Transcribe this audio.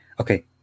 okay